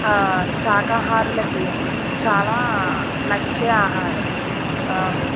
శాకాహారులకి చాలా నచ్చే ఆహారం